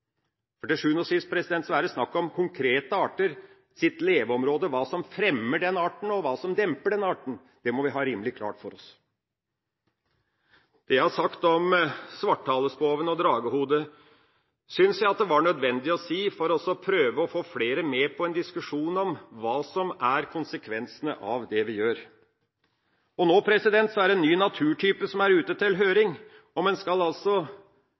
For til sjuende og sist er det snakk om konkrete arters leveområde, hva som fremmer den arten, og hva som demper den arten. Det må vi ha rimelig klart for oss. Det jeg har sagt om svarthalespoven og dragehode, synes jeg var nødvendig å si for å prøve å få flere med på en diskusjon om hva som er konsekvensene av det vi gjør. Nå er det en ny naturtype som er ute til høring, om en skal